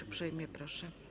Uprzejmie proszę.